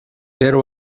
there